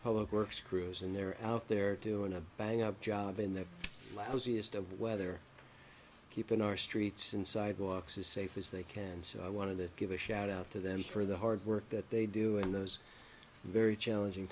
public works crews and they're out there doing a bang up job in their lives east of weather keeping our streets and sidewalks as safe as they can so i want to give a shout out to them for the hard work that they do in those very challenging